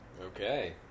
Okay